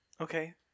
Okay